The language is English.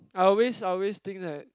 I always I always think that